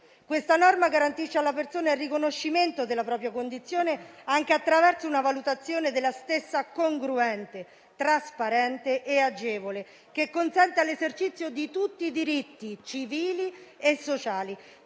misura garantisce alla persona il riconoscimento della propria condizione anche attraverso una valutazione della stessa congruente, trasparente e agevole, che consenta l'esercizio di tutti i diritti civili e sociali,